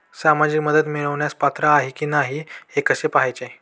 सामाजिक मदत मिळवण्यास पात्र आहे की नाही हे कसे पाहायचे?